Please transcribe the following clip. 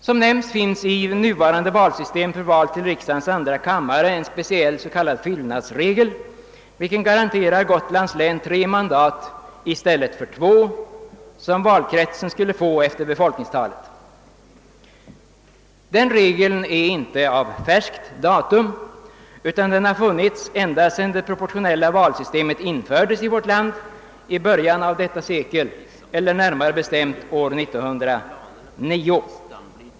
Som sagt finns det i nuvarande system för val till riksdagens andra kammare en speciell fyllnadsregel som garanterar Gotlands län 3 mandat i stället för 2, som valkretsen skulle få efter befolkningstalet. Denna regel är inte av färskt datum utan har funnits ända sedan det proportionella valsystemet infördes i vårt land i början av detta sekel eller närmare bestämt år 1909.